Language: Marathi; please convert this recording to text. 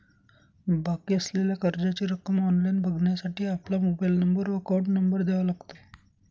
बाकी असलेल्या कर्जाची रक्कम ऑनलाइन बघण्यासाठी आपला मोबाइल नंबर व अकाउंट नंबर द्यावा लागतो